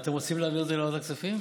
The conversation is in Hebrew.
אתם רוצים להעביר את זה לוועדת כספים?